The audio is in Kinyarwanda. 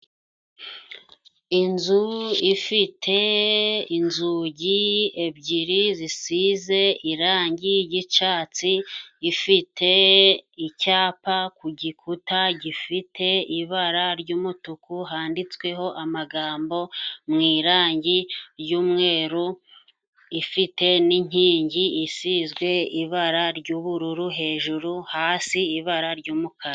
inzu ifite inzugi ebyiri zisize irangi ry'icatsi ifite icyapa ku gikuta gifite ibara ry'umutuku handitsweho amagambo mu irangi ry'umweru ifite n'inkingi isizwe ibara ry'ubururu hejuru hasi ibara ry'umukara